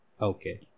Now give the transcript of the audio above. Okay